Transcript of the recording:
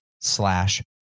slash